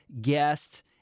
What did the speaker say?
guest